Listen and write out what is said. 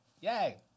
Yay